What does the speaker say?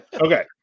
okay